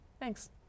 thanks